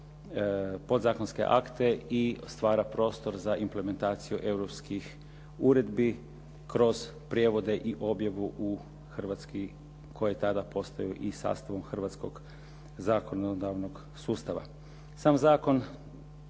podzakonske akte i stvara prostor za implementaciju europskih uredbi kroz prijevode i objavu u hrvatski koje tada postaju i sastavom hrvatskog zakonodavnog sustava. Sam zakon